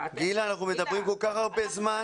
אנחנו מדברים כל כך הרבה זמן.